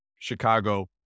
Chicago